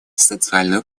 социальную